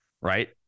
Right